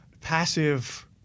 passive